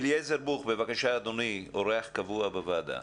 אליעזר בוך, בבקשה אדוני, אורח קבוע בוועדה.